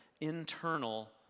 internal